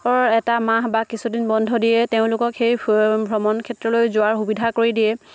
এটা মাহ বা কিছুদিন বন্ধ দিয়ে তেওঁলোকক সেই ভ্ৰমণ ক্ষেত্ৰলৈ যোৱাৰ সুবিধা কৰি দিয়ে